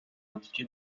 indiqué